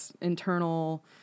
internal